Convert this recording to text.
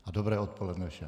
A dobré odpoledne všem.